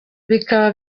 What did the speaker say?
rikaba